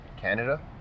Canada